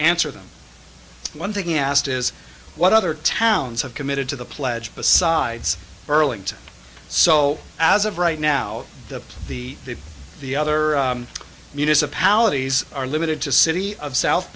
answer them one thing asked is what other towns have committed to the pledge besides burlington so as of right now the the the other municipalities are limited to city of south